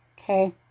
Okay